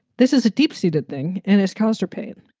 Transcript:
this is a deep seated thing and it's caused her pain.